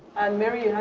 and mary,